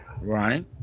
Right